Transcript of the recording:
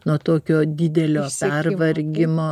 nuo tokio didelio pervargimo